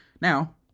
Now